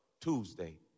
Tuesday